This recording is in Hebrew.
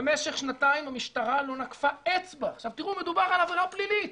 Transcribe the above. במשך שנתיים המשטרה לא נקפה אצבע מדובר על עבירה פלילית.